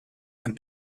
kann